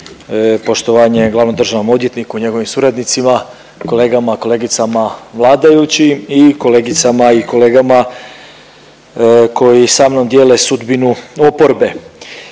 poštovanje glavnom državnom odvjetniku i njegovim suradnicima, kolegama, kolegicama vladajućim i kolegicama i kolegama koji sa mnom dijele sudbinu oporbe.